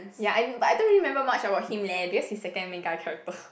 ya I but I don't really remember much about him leh because he second main guy character